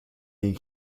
den